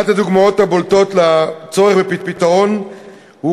אחת הדוגמאות הבולטות לצורך בפתרון היא